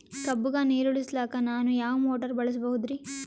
ಕಬ್ಬುಗ ನೀರುಣಿಸಲಕ ನಾನು ಯಾವ ಮೋಟಾರ್ ಬಳಸಬಹುದರಿ?